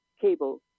cable